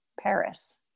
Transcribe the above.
Paris